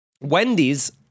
Wendy's